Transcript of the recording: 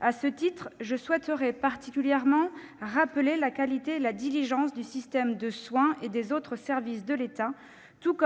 populations. Je souhaite en particulier rappeler la qualité et la diligence du système de soins et des autres services de l'État, ainsi que